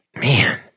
man